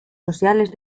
sociales